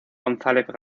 gonzález